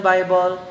Bible